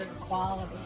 quality